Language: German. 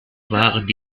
waren